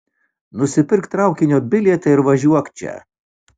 nusipirk traukinio bilietą ir važiuok čia